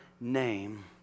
name